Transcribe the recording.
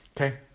Okay